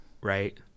Right